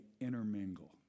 intermingle